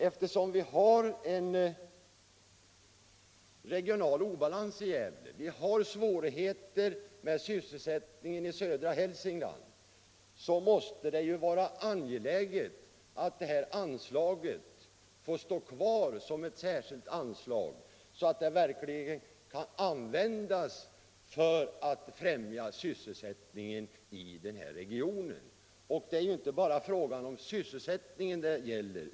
Eftersom vi har en regional obalans i Gävleborg med sysselsättningssvårigheter i södra Hälsingland, måste det vara angeläget att det här anslaget får stå kvar som ett särskilt anslag, så att det verkligen kan användas för att främja sysselsättningen i regionen. Det är ju inte heller bara fråga om sysselsättningen.